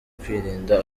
kwirinda